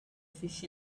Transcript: fish